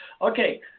Okay